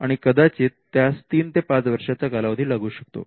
आणि कदाचित त्यास तीन ते पाच वर्षांचा कालावधी लागू शकतो